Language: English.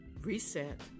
Reset